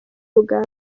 uganda